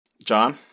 John